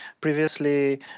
previously